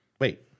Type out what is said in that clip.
Wait